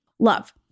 Love